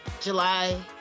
July